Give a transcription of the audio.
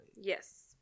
Yes